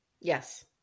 Yes